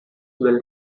will